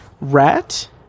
Rat